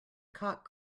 cock